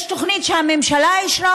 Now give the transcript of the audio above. יש תוכנית שהממשלה אישרה,